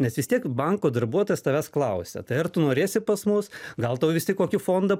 nes vis tiek banko darbuotojas tavęs klausia tai ar tu norėsi pas mus gal tau vis tik kokį fondą